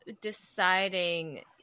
deciding